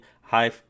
high